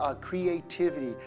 creativity